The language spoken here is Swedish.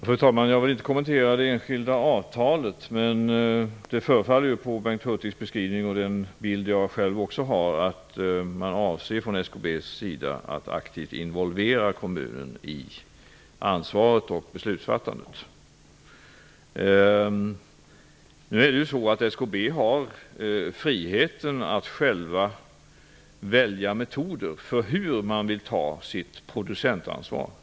Fru talman! Jag vill inte kommentera det enskilda avtalet. Men det förefaller av Bengt Hurtigs beskrivning och den bild som jag själv också har att man från SKB:s sida avser att aktivt involvera kommunen i ansvaret och beslutsfattandet. SKB har friheten att själv välja metoder för hur man vill ta sitt producentansvar.